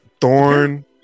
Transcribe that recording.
Thorn